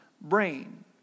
brain